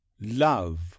Love